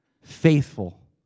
faithful